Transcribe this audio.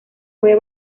puede